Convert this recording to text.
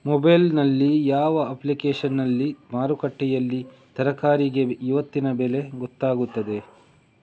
Mobile ನಲ್ಲಿ ಯಾವ ಅಪ್ಲಿಕೇಶನ್ನಲ್ಲಿ ಮಾರುಕಟ್ಟೆಯಲ್ಲಿ ತರಕಾರಿಗೆ ಇವತ್ತಿನ ಬೆಲೆ ಗೊತ್ತಾಗುತ್ತದೆ?